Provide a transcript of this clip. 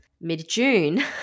Mid-June